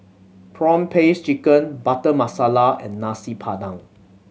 prawn paste chicken Butter Masala and Nasi Padang